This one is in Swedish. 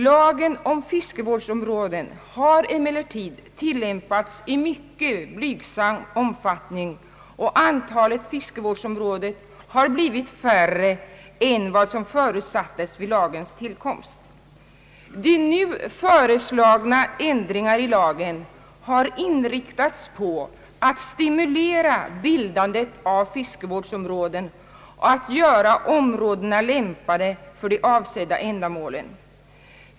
Lagen om fiskevårdsområden har emellertid tillämpats i mycket blygsam omfattning, och antalet fiskevårdsområden har blivit färre än vad som förutsattes vid lagens tillkomst. De nu föreslagna ändringarna i lagen har inriktats på att stimulera bildandet av fiskevårdsområden och att göra områdena lämpade för de avsedda ändamålen.